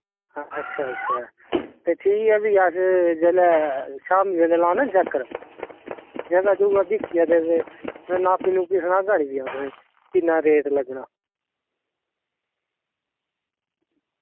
अच्छा अच्छा ते ठीक ऐ भी अस जेल्लै शामीं बेल्लै लाना नी चक्कर जगह दिक्खियै ते नापी सनागा निं तुसें ई किन्ना रेट लग्गना